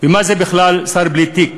ומה זה בכלל שר בלי תיק?